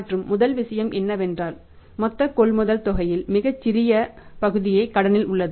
மற்றும் முதல் விஷயம் என்னவென்றால் மொத்த கொள்முதல் தொகையில் மிகச் சிறிய பகுதியே கடனில் உள்ளது